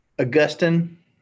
Augustine